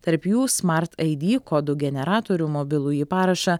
tarp jų smar ai di kodų generatorių mobilųjį parašą